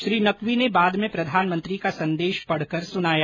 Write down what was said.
श्री नकवी ने बाद में प्रधानमंत्री का संदेश पढकर सुनाया